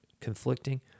Conflicting